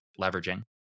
leveraging